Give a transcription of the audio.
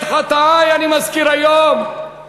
אחר תספרו סיפורים, לא לי.